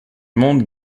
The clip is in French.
monde